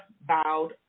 bowed